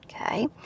okay